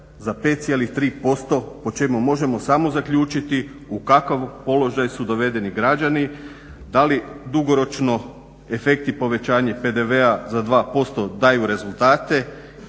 za 5,3% po čemu možemo samo zaključiti u kakav položaj su dovedeni građani, da li dugoročno efekti povećanja PDV-a za 2% daju rezultate